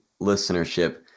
listenership